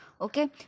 okay